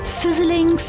sizzling